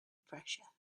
pressure